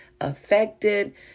affected